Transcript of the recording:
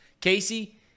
Casey